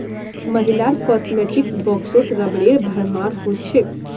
महिलार कॉस्मेटिक्स बॉक्सत रबरेर भरमार हो छेक